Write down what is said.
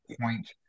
point